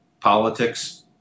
politics